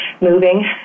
moving